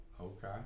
Okay